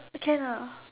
can ah